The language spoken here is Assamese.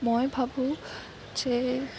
মই ভাবো যে